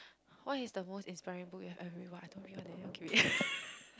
what is the most inspiring book you have ever read !wah! I don't read one leh okay wait